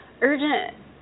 urgent